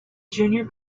junior